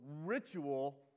ritual